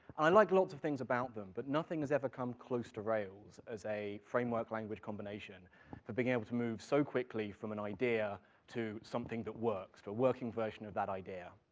i like lots of things about them, but nothing has ever come close to rails as a framework language combination, for being able to move so quickly from an idea to something that works, to a working version of that idea.